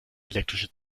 elektrische